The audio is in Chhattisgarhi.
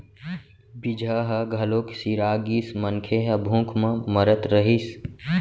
बीजहा ह घलोक सिरा गिस, मनखे ह भूख म मरत रहिस